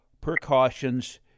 precautions